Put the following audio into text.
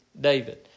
David